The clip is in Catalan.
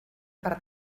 per